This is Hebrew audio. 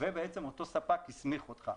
ובעצם אותו ספק הסמיך אותך.